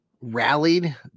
rallied